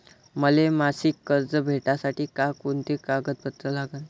मले मासिक कर्ज भेटासाठी का कुंते कागदपत्र लागन?